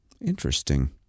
Interesting